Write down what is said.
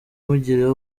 mugira